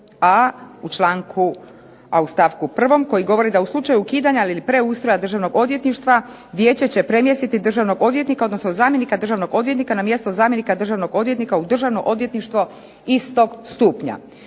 a u stavku 1. koji govori da u slučaju ukidanja ili preustroja Državnog odvjetništva Vijeće će premjestiti državnog odvjetnika, odnosno zamjenika državnog odvjetnika na mjesto zamjenika državnog odvjetnika u Državno odvjetništvo istog stupnja.